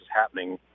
happening